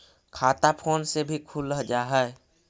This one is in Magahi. खाता फोन से भी खुल जाहै?